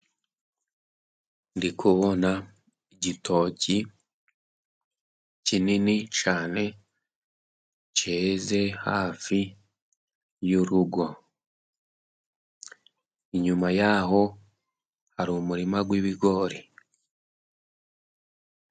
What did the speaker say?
Ndikubona igitoki kinini cyane cyeze hafi y'urugo, inyuma yaho hari umurima w'ibigori.